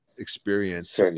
experience